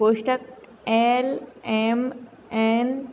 कोष्ठक L M N